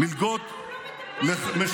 אבל למה הוא לא מדבר,